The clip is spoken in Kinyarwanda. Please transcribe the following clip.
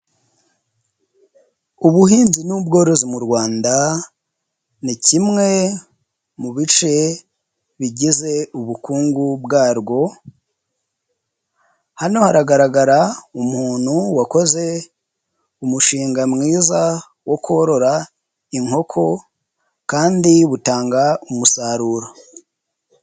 Ubuhinzi n'ubworozi mu Rwanda, ni kimwe mu bice bigize ubukungu bwarwo. Hano haragaragara umuntu wakoze umushinga mwiza wo korora inkoko kandi butanga umusaruro.